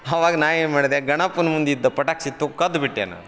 ಆವಾಗ ನಾ ಏನು ಮಾಡಿದೆ ಗಣಪನ ಮುಂದಿದ್ದ ಪಟಾಕ್ಸಿ ತು ಕದ್ದು ಬಿಟ್ಟೆ ನಾನು